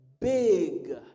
big